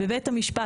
בבית המשפט,